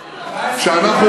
שאנחנו,